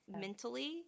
Mentally